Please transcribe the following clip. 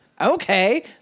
okay